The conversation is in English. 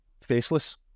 faceless